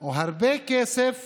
או הרבה כסף